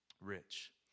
rich